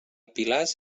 pilars